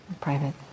private